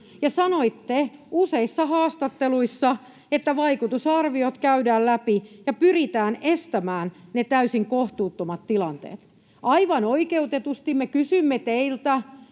ja sanoitte useissa haastatteluissa, että vaikutusarviot käydään läpi ja pyritään estämään täysin kohtuuttomat tilanteet. Aivan oikeutetusti me kysymme teiltä,